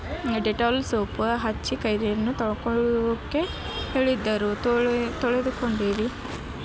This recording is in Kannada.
ಡೆಟಾಲ್ ಸೋಪು ಹಚ್ಚಿ ಕೈಯನ್ನು ತೊಳ್ಕೊಳ್ಳೋಕ್ಕೆ ಹೇಳಿದ್ದರು ತೊಳೆ ತೊಳೆದು ಕೊಂಡಿರಿ